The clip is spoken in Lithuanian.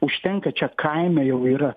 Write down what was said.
užtenka čia kaime jau yra